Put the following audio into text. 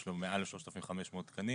יש לו מעל ל-3,500 תקנים,